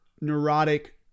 neurotic